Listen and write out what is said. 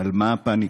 על מה הפניקה?